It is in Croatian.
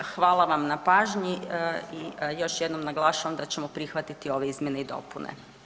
Hvala vam na pažnji i još jednom naglašavam da ćemo prihvatiti ove izmjene i dopune.